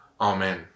amen